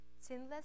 sinless